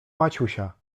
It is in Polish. maciusia